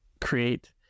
create